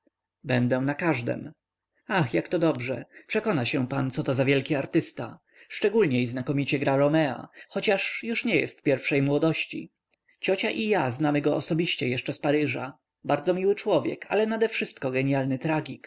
będę na każdem ach jak to dobrze przekona się pan co to za wielki artysta szczególniej znakomicie gra romea chociaż już nie jest pierwszej młodości ciocia i ja znamy go osobiście jeszcze z paryża bardzo miły człowiek ale nadewszystko gienialny tragik